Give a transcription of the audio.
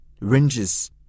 ranges